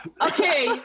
Okay